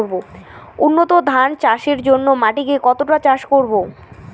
উন্নত ধান চাষের জন্য মাটিকে কতটা চাষ করব?